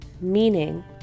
meaning